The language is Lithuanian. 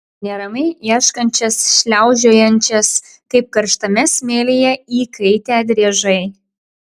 neramiai ieškančias šliaužiojančias kaip karštame smėlyje įkaitę driežai